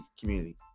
community